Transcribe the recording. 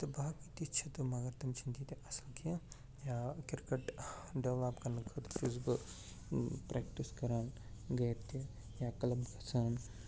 تہٕ باقٕے تہِ چھِ تہٕ مگر تِم چھِنہٕ تیٖتیٛاہ کیٚنٛہہ یا کرکٹ ڈٮ۪ولَپ کرنہٕ خٲطرٕ چھُس بہٕ پرٛٮ۪کٹِس کَران گَرِ تہِ یا کٕلب گَژھان